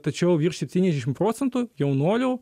tačiau virš septyniasdešimt procentų jaunuolių